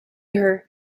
her